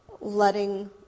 letting